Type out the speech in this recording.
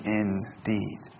indeed